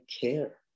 care